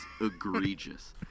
egregious